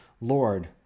Lord